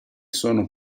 sono